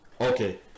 okay